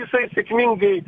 jisai sėkmingai